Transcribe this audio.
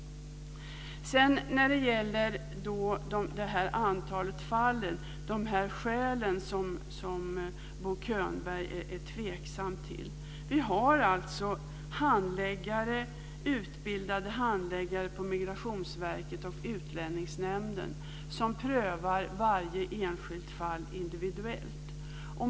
När det sedan gäller antalet fall och de skäl som Bo Könberg är tveksam till, har vi alltså utbildade handläggare på Migrationsverket och Utlänningsnämnden som prövar varje enskilt fall individuellt.